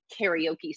karaoke